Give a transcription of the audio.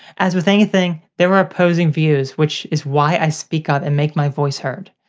as with anything, there are opposing views which is why i speak up and make my voice heard.